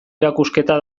erakusketa